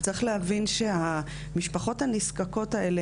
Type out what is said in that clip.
צריך להבין שהמשפחות הנזקקות האלה,